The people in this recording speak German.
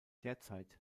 derzeit